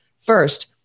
first